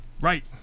Right